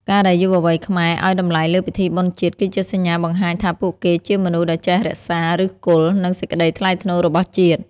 ការដែលយុវវ័យខ្មែរឱ្យតម្លៃលើពិធីបុណ្យជាតិ គឺជាសញ្ញាបង្ហាញថាពួកគេជាមនុស្សដែលចេះរក្សា "ឫសគល់" និងសេចក្ដីថ្លៃថ្នូររបស់ជាតិ។